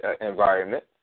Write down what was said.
environment